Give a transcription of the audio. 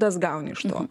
tas gauni iš to